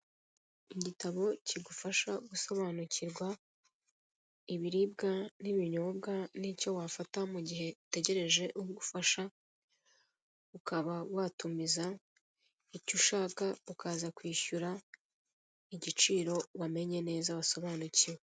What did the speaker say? Igitabo kigufasha gusobanukirwa ibiribwa n'ibinyobwa n'icyo wafata mu gihe utegereje ugufasha, ukaba watumiza icyo ushaka ukaza kwishyura igiciro wamenye neza wasobanukiewe.